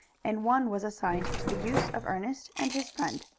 and one was assigned to the use of ernest and his friend.